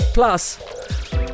Plus